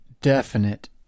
definite